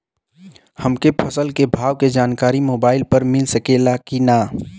हमके फसल के भाव के जानकारी मोबाइल पर मिल सकेला की ना?